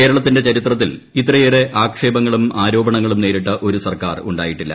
കേരളത്തിന്റെ ചരിത്രത്തിൽ ഇത്രയേറെ ആക്ഷേപങ്ങളും ആരോപണങ്ങളും നേരിട്ട ഒരു സർക്കാർ ഉണ്ടായിട്ടില്ല